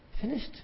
Finished